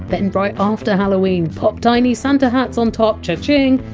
then right after halloween, pop tiny santa hats on top, cher-ching,